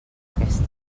aquesta